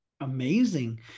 Amazing